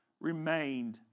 remained